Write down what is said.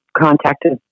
contacted